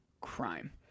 crime